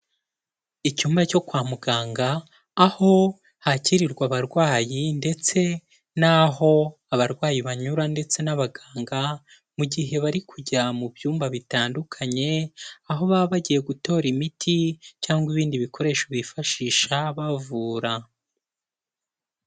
Icyumba cyo kwa muganga, aho hakirirwa abarwayi ndetse n'aho abarwayi banyura ndetse n'abaganga mu gihe bari kujya mu byumba bitandukanye, aho baba bagiye gutora imiti, cyangwa ibindi bikoresho bifashisha, bavura.